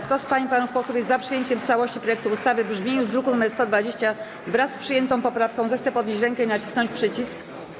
Kto z pań i panów posłów jest za przyjęciem w całości projektu ustawy w brzmieniu z druku nr 120, wraz z przyjętą poprawką, zechce podnieść rękę i nacisnąć przycisk.